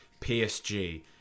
PSG